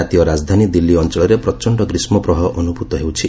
ଜାତୀୟ ରାଜଧାନୀ ଦିଲ୍ଲୀ ଅଞ୍ଚଳରେ ପ୍ରଚଣ୍ଡ ଗ୍ରୀଷ୍କପ୍ରବାହ ଅନୁଭୂତ ହେଉଛି